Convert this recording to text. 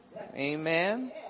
Amen